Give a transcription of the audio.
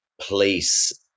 place